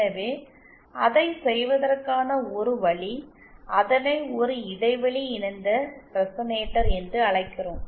எனவே அதைச் செய்வதற்கான ஒரு வழி அதனை ஒரு இடைவெளி இணைந்த ரெசனேட்டர் என்று அழைக்கிறோம்